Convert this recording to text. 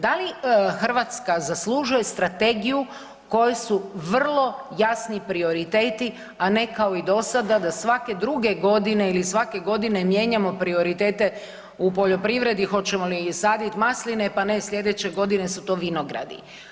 Da li Hrvatska zaslužuje strategiju u kojoj su vrlo jasni prioriteti, a ne kao i dosada da svake druge godine ili svake godine mijenjamo prioritete u poljoprivredi, hoćemo li saditi masline, pa ne slijedeće godine su to vinogradi.